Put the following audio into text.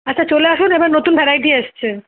আচ্ছা চলে আসুন এবার নতুন ভ্যারাইটি এসছে